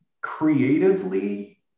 creatively